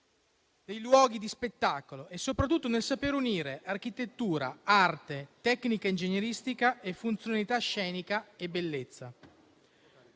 dei luoghi di spettacolo; è la testimonianza soprattutto del saper unire architettura, arte, tecnica ingegneristica, funzionalità scenica e bellezza.